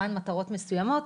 למען מטרות מסוימות,